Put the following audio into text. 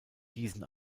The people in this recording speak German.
diesen